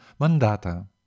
Mandata